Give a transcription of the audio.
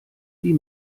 wie